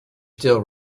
still